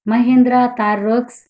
Mahindra car works